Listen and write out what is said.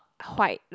quite like